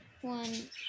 one